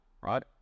right